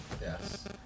Yes